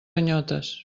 ganyotes